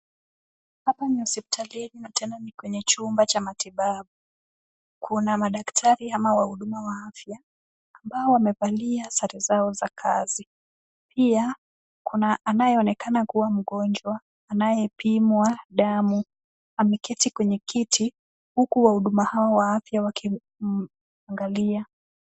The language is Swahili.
Hapa ni hospitalini, na tena ni kwenye chumba cha matibabu. Kuna madaktari ama wahudumu wa afya, ambao wamevalia sare zao za kazi. Pia kuna anayeonekana kuwa mgonjwa, anayepimwa damu. Ameketi kwenye kiti, huku wa huduma hawa wa afya wakimuangalia.